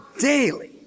daily